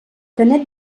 canet